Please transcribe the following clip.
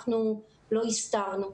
אנחנו לא הסתרנו.